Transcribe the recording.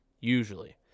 Usually